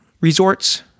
resorts